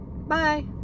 Bye